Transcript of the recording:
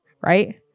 right